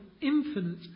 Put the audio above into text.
infinite